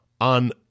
on